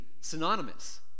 synonymous